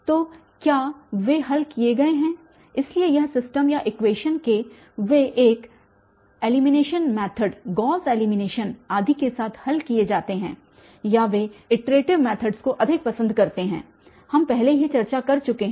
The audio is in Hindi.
तो क्या वे हल किए गए हैं इसलिए यह सिस्टम या इक्वेशन वे एक एलीमिनेशन मैथड गॉस एलीमिनेशन आदि के साथ हल किए जाते हैं या वे इटरेटिव मैथड्स को अधिक पसंद करते हैं हम पहले ही चर्चा कर चुके हैं